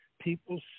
people